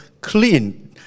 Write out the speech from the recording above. clean